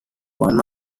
one